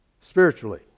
Spiritually